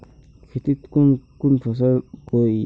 खेतीत कुन कुन फसल उगेई?